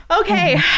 Okay